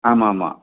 ஆமாம் ஆமாம்